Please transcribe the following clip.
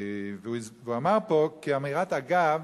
והוא אמר פה כאמירת אגב